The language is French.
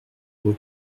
vos